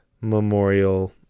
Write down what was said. memorial